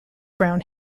browne